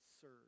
serve